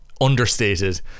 understated